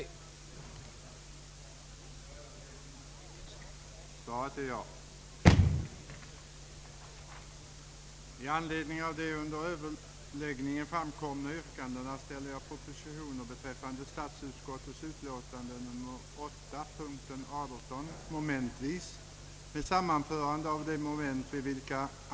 Sedan överläggningen ansetts härmed slutad, yttrade herr förste vice talmannen, som för en stund övertagit ledningen av kammarens förhandlingar, att med anledning av föreliggande yrkanden propositioner komme att framställas särskilt beträffande varje moment av utskottets i förevarande punkt gjorda hemställan, varvid dock vissa moment, vid vilka endast yrkats bifall till utskottets hemställan, komme att sammanföras.